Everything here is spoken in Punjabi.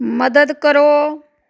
ਮਦਦ ਕਰੋ